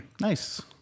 Nice